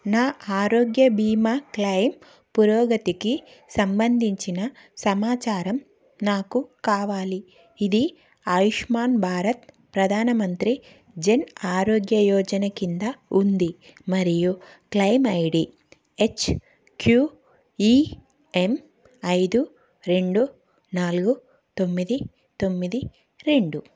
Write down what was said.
నా ఆరోగ్య బీమా క్లయిమ్ పురోగతికి సంబంధించిన సమాచారం నాకు కావాలి ఇది ఆయుష్మాన్ భారత్ ప్రధాన మంత్రి జన్ ఆరోగ్య యోజన కింద ఉంది మరియు claim I D H Q E M ఐదు రెండు నాలుగు తొమ్మిది తొమ్మిది రెండు